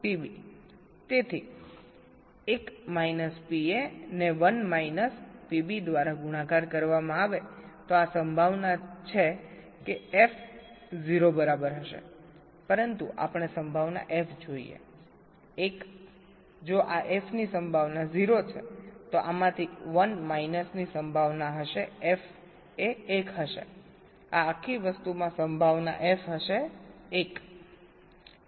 તેથી 1 minus PA ને 1 minus PB દ્વારા ગુણાકાર કરવામાં આવે તો આ સંભાવના છે કે f 0 બરાબર હશે પરંતુ આપણે સંભાવના f જોઈએ 1 જો આ f ની સંભાવના 0 છે તો આમાંથી 1 માઇનસની સંભાવના હશે f એ 1 હશે આ આખી વસ્તુમાં સંભાવના f હશે 1